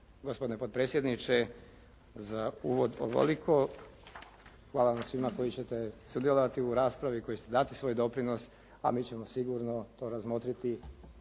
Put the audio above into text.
gospodine potpredsjedniče, za uvod ovoliko. Hvala svima koji ćete sudjelovati u raspravi koje ćete dati svoj doprinos, a mi ćemo sigurno to razmotriti